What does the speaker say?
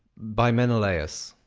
by menelaus.